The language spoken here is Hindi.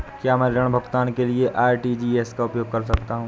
क्या मैं ऋण भुगतान के लिए आर.टी.जी.एस का उपयोग कर सकता हूँ?